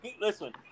listen